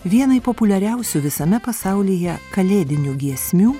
vienai populiariausių visame pasaulyje kalėdinių giesmių